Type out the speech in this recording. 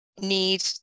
need